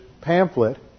pamphlet